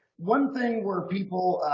one thing where people